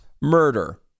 murder